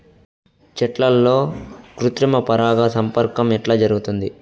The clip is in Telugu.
చెట్లల్లో కృత్రిమ పరాగ సంపర్కం ఎట్లా జరుగుతుంది?